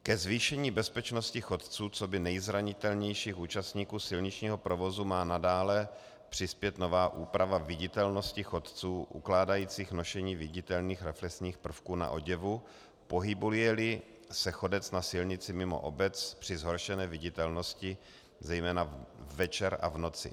Ke zvýšení bezpečnosti chodců coby nejzranitelnějších účastníků silničního provozu má nadále přispět nová úprava viditelnosti chodců ukládající nošení viditelných reflexních prvků na oděvu, pohybujeli se chodec na silnici mimo obec při zhoršené viditelnosti, zejména večer a v noci.